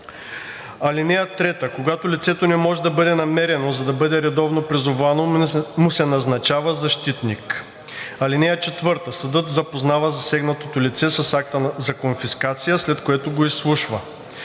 делото. (3) Когато лицето не може да бъде намерено, за да бъде редовно призовано, му се назначава защитник. (4) Съдът запознава засегнатото лице с акта за конфискация, след което го изслушва.